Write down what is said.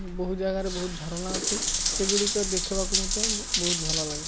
ବହୁତ ଜାଗାରେ ବହୁତ ଝରଣା ଅଛି ସେଗୁଡ଼ିକ ଦେଖିବାକୁ ମୋତେ ବହୁତ ଭଲ ଲାଗେ